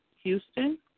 Houston